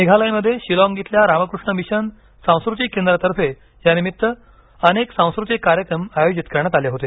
मेघालयमध्ये शिलाँग इथल्या रामकृष्ण मिशन सांस्कृतिक केंद्रातर्फे या निमित्त अनेक सांस्कृतिक कार्यक्रम आयोजित करण्यात आले होते